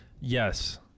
Yes